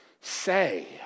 say